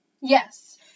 yes